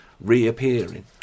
reappearing